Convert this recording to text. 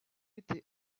été